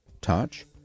Touch